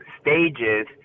stages